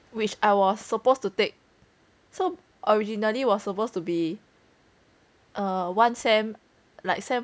which I was supposed to take so originally was supposed to be a one sem like sem